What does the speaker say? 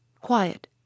quiet